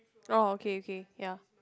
oh okay okay ya